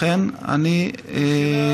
לכן, אני קורא